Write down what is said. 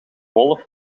wolf